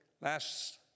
Last